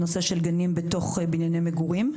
נושא של גנים בתוך בנייני מגורים,